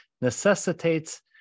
necessitates